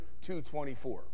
2.24